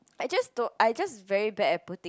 I just don't I just very bad at putting